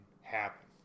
happen